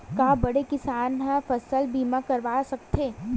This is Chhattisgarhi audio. का बड़े किसान ह फसल बीमा करवा सकथे?